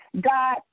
God